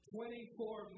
Twenty-four